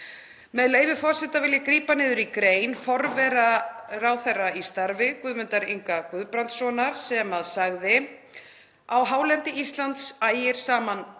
Með leyfi forseta vil ég grípa niður í grein forvera ráðherra í starfi, Guðmundar Inga Guðbrandssonar, sem sagði: „Á hálendi Íslands ægir saman